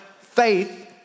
faith